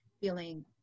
feeling